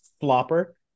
flopper